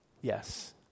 Yes